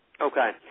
Okay